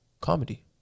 Comedy